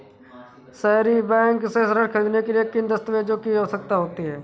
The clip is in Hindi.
सहरी बैंक से ऋण ख़रीदने के लिए किन दस्तावेजों की आवश्यकता होती है?